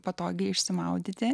patogiai išsimaudyti